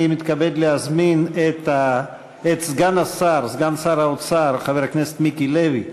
אני מתכבד להזמין את סגן שר האוצר חבר הכנסת מיקי לוי,